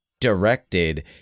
directed